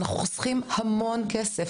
אנחנו חוסכים המון כסף.